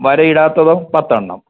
വരയിടാത്തത് പത്ത് എണ്ണം